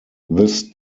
this